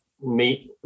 meet